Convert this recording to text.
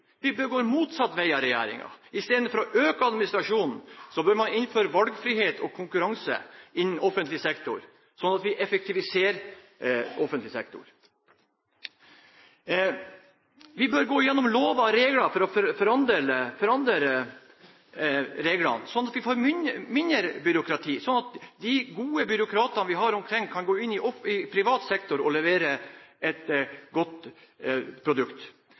Vi bør gå motsatt vei av det regjeringen gjør. I stedet for å øke administrasjonen bør man innføre valgfrihet og konkurranse innenfor offentlig sektor, sånn at vi effektiviserer offentlig sektor. Vi bør gå gjennom lover og regler for å forandre reglene, sånn at vi får mindre byråkrati, og sånn at de gode byråkratene vi har rundt omkring, kan gå inn i privat sektor og levere et godt produkt.